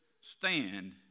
stand